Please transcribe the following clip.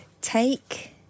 take